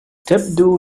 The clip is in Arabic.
تبدو